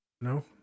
No